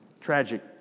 Tragic